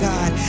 God